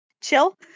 chill